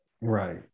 Right